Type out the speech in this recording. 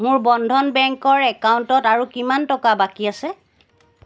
মোৰ বন্ধন বেংকৰ একাউণ্টত আৰু কিমান টকা বাকী আছে